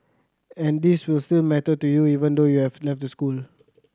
and these will still matter to you even though you have left the school